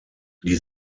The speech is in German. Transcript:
die